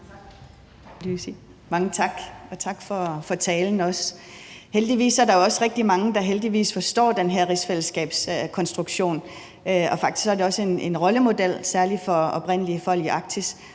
Mange tak. Og også tak for talen til statsministeren. Heldigvis er der rigtig mange, der forstår den her rigsfællesskabskonstruktion, og faktisk er det også en rollemodel, særlig for oprindelige folk i Arktis.